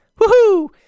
woohoo